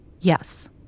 Yes